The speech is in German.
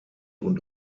und